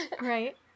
Right